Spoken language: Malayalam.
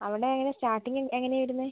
അവിടെ എങ്ങനെ സ്റ്റാർട്ടിങ് എങ്ങനെയാണ് ഇടുന്നത്